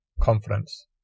confidence